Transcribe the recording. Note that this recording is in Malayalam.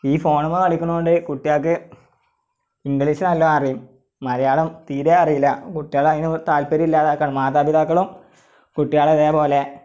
ഈ ഫോണിന്മേൽ കളിക്കുന്നതു കൊണ്ട് കുട്ട്യാൾക്ക് ഇംഗ്ലീഷ് നല്ലോണം അറിയും മലയാളം തീരെ അറിയില്ല കുട്ടികളെ അതിനു താത്പര്യം ഇല്ലാതാക്കുകയാണ് മാതാപിതാക്കളും കുട്ടികളെ ഇതു പോലെ